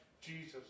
Jesus